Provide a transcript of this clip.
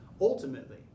Ultimately